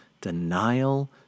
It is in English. denial